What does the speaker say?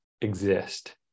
exist